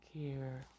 care